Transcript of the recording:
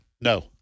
No